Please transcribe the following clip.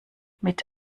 mit